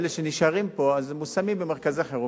אלה שנשארים פה מושמים במרכזי חירום,